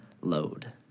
load